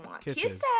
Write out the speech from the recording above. Kisses